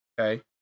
okay